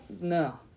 no